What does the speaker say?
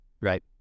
Right